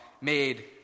made